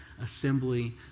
assembly